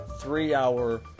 three-hour